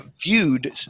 viewed